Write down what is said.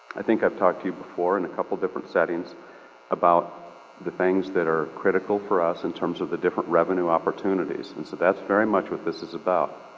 i think i've talked to you before in a couple different settings about the things that are critical for us in terms of the different revenue opportunities and so that's very much what this is about.